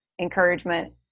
encouragement